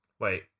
wait